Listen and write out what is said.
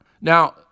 Now